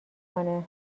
کنه